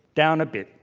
down a bit,